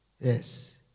Yes